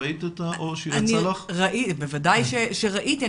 בוודאי שראיתי.